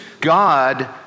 God